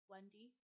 Wendy